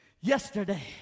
Yesterday